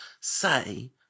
say